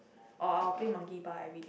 or I'll play Monkey Bar everyday